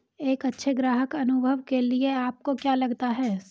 एक अच्छे ग्राहक अनुभव के लिए आपको क्या लगता है?